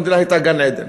המדינה הייתה גן-עדן,